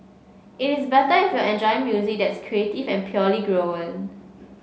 it is better if you're enjoying music that's creative and purely grown